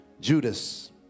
Judas